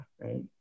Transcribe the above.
right